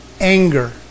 anger